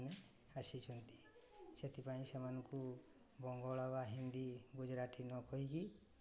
ମାନେ ଆସିଛନ୍ତି ସେଥିପାଇଁ ସେମାନଙ୍କୁ ବଙ୍ଗଳା ବା ହିନ୍ଦୀ ଗୁଜୁରାଟୀ ନ କହିକି